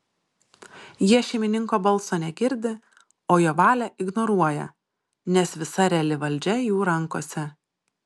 jie šeimininko balso negirdi o jo valią ignoruoja nes visa reali valdžia jų rankose